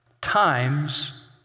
times